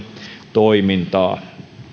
toimintaa